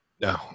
No